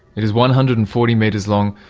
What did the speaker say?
it is one hundred and forty metres long,